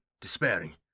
despairing